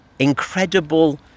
incredible